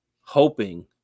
hoping